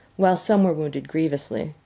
while some were wounded grievously.